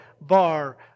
bar